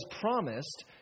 promised